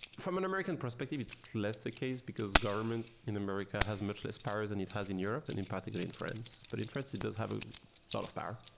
from an american perspective, it's less the case, because government in america has much less power than it has in europe, and particularly in france. but in france, it does have a lot of power.